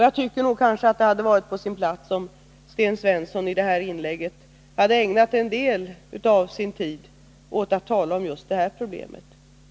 Jag tycker nog att det hade varit på sin plats om Sten Svensson i sitt inlägg hade ägnat en del av sin tid åt att tala om just det här problemet.